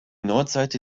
nordseite